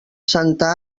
santa